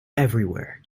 everywhere